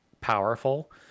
powerful